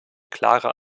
klare